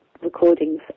recordings